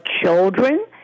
children